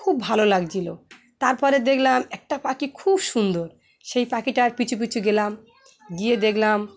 খুব ভালো লাগছিলো তারপরে দেখলাম একটা পাখি খুব সুন্দর সেই পাখিটা আর পিছু পিছু গেলাম গিয়ে দেখলাম